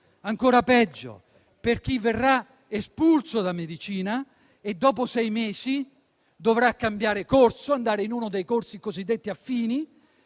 ancora peggio, per chi verrà espulso da medicina e dopo sei mesi dovrà cambiare corso a favore di uno dei corsi cosiddetti affini